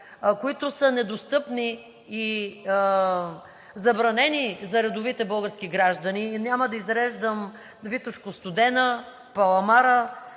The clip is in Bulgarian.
които са недостъпни и забранени за редовите български граждани – няма да изреждам „Витошко – Студена“, „Паламара“